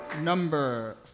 Number